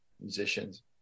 musicians